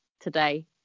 today